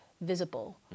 visible